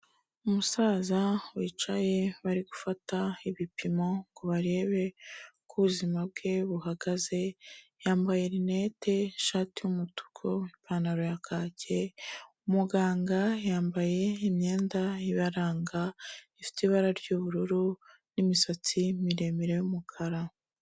Umusaza wicaye barigufata ibipimo ngo barebe uko ubuzima bwe buhagaze, yambaye rinete, ishati y'umutuku, ipantaro ya kake, umuganga yambaye imyenda ibaranga ifite ibara ry'ubururu n'imisatsi miremire y'umukara.